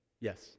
Yes